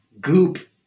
goop